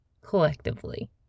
collectively